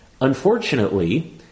Unfortunately